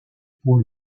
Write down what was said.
pour